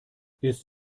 ist